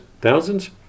Thousands